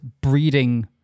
breeding